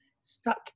Stuck